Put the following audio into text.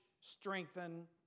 strengthen